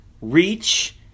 reach